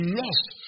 lost